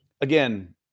again